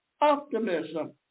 Optimism